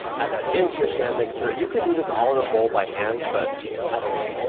add that into your stand mixer, you could do this all in a bowl by hand but i don't wanna